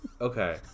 Okay